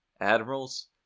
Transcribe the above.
Admirals